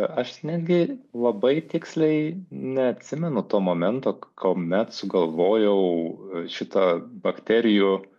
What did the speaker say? aš netgi labai tiksliai neatsimenu to momento kuomet sugalvojau šitą bakterijų